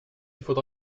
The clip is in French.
faudra